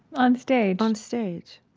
on stage? on stage.